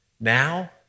now